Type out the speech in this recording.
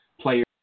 players